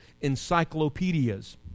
encyclopedias